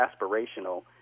aspirational